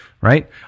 right